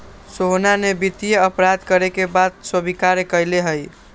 सोहना ने वित्तीय अपराध करे के बात स्वीकार्य कइले है